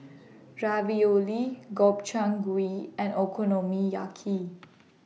Ravioli Gobchang Gui and Okonomiyaki